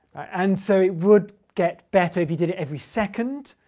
and so it would get better if you did it every second,